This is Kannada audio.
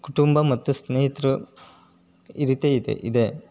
ಕುಟುಂಬ ಮತ್ತು ಸ್ನೇಹಿತರು ಈ ರೀತಿ ಇದೆ ಇದೆ